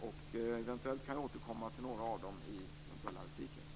Jag kanske kan återkomma till några av dem i eventuella repliker.